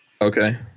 Okay